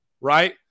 right